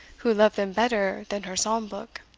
who loved them better than her psalm-book.